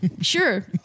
Sure